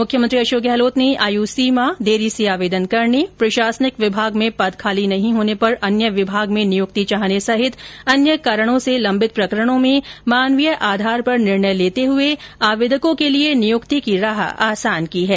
मुख्यमंत्री अशोक गहलोत ने आयु सीमा देरी से आवेदन करने प्रशासनिक विभाग में पद खाली नहीं होने पर अन्य विभाग में नियुक्ति चाहने सहित अन्य कारणों से लंबित प्रकरणों में मानवीय आधार पर निर्णय लेते हुए आवेदकों के लिए नियुक्ति की राह आसान की है